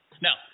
Now